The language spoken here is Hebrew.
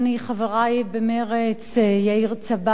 חברי במרצ: יאיר צבן,